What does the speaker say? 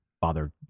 bother